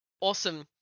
Awesome